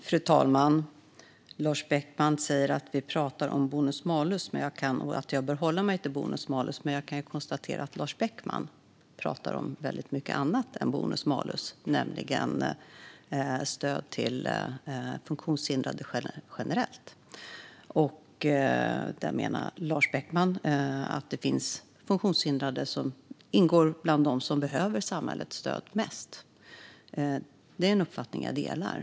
Fru talman! Lars Beckman säger att vi pratar om bonus malus och att jag bör hålla mig till bonus malus. Men jag kan konstatera att Lars Beckman pratar om väldigt mycket annat än bonus malus, nämligen om stöd till funktionshindrade generellt. Lars Beckman menar att det finns funktionshindrade som hör till dem som behöver samhällets stöd mest. Det är en uppfattning jag delar.